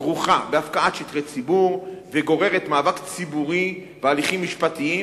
כרוכה בהפקעת שטחי ציבור וגוררת מאבק ציבורי והליכים משפטיים,